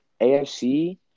AFC